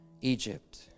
Egypt